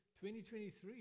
2023